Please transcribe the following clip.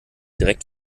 direkt